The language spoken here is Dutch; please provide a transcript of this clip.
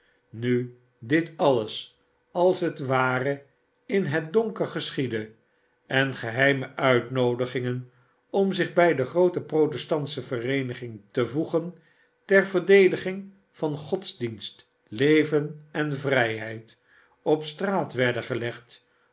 nu dit alles als het ware in het donker geschiedde en geheime uitnoodigingen om zich bij de groote protestantsche yereeniging te voegen ter verdediging van godsdienst leven en vrijheid op straat werden gelegd